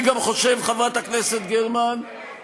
אני גם חושב, חברת הכנסת גרמן, יריב,